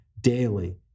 daily